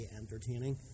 entertaining